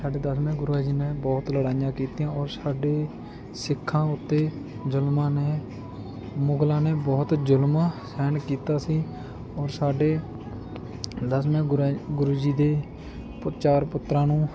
ਸਾਡੇ ਦਸਵੇਂ ਗੁਰੂ ਜੀ ਨੇ ਬਹੁਤ ਲੜਾਈਆਂ ਕੀਤੀਆਂ ਔਰ ਸਾਡੇ ਸਿੱਖਾਂ ਉੱਤੇ ਜ਼ੁਲਮਾਂ ਨੇ ਮੁਗਲਾਂ ਨੇ ਬਹੁਤ ਜ਼ੁਲਮ ਸਹਿਣ ਕੀਤਾ ਸੀ ਔਰ ਸਾਡੇ ਦਸਵੇਂ ਗੁਰਾਂ ਗੁਰੂ ਜੀ ਦੇ ਪ ਚਾਰ ਪੁੱਤਰਾਂ ਨੂੰ